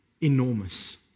enormous